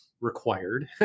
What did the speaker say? required